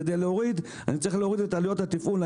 כדי להוריד אני צריך להוריד את עלויות התפעול.